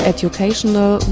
Educational